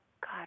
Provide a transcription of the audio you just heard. God